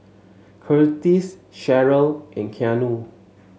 Curtiss Cheryll and Keanu